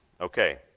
Okay